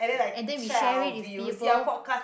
and then we share it with people